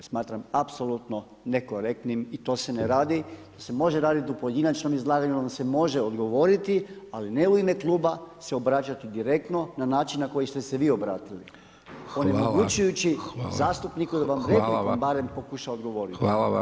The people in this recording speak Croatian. Smatram apsolutno nekorektnim i to se ne radi, to se može raditi u pojedinačnom izlaganju, onda se može odgovoriti, ali ne u ime Kluba se obraćati direktno na način na koji ste se vi obratili onemogućujući zastupnika da vam nekako barem pokuša odgovoriti.